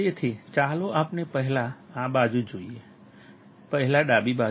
તેથી ચાલો આપણે પહેલા આ બાજુ જોઈએ પહેલા ડાબી બાજુ